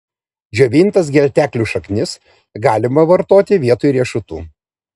džiovintas gelteklių šaknis galima vartoti vietoj riešutų